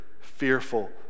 fearful